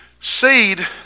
Seed